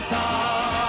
time